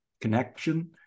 connection